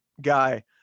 guy